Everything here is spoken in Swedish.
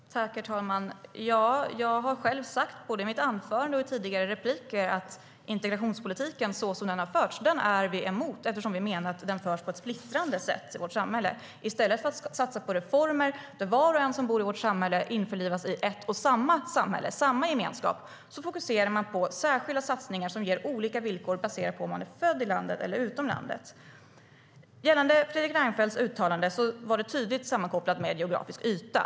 STYLEREF Kantrubrik \* MERGEFORMAT Integration och jämställdhetFredrik Reinfeldts uttalande var tydligt sammankopplat med geografisk yta.